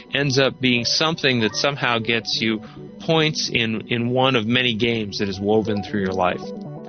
ends up being something that somehow gets you points in in one of many games that is woven through your life.